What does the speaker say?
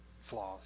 flaws